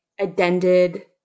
addended